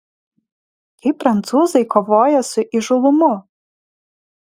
kaip prancūzai kovoja su įžūlumu